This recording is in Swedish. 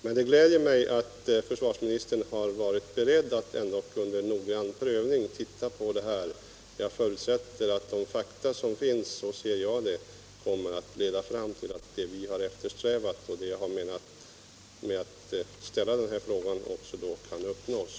Men det gläder mig att försvarsministern är beredd att under noggrann prövning titta på den här saken. Jag förutsätter att de fakta som finns — så ser jag det — kommer att leda fram till det som vi har eftersträvat och att det jag har menat med att ställa den här frågan då kan uppnås.